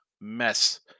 mess